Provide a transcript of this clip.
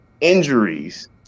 injuries